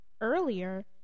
earlier